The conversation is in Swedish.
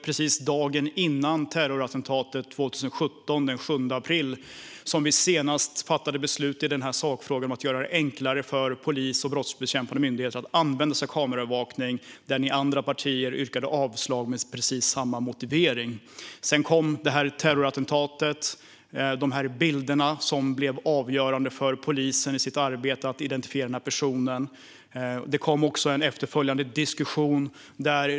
Precis dagen före terrorattentatet den 7 april 2017 fattade vi senaste beslut i sakfrågan om att göra det enklare för polis och brottsbekämpande myndigheter att använda sig av kameraövervakning. Ni andra yrkade avslag med precis samma motivering. Sedan kom terrorattentatet med bilder som blev avgörande för polisens arbete med att identifiera personen i fråga.